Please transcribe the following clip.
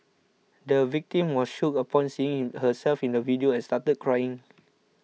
the victim was shocked upon seeing herself in the video and started crying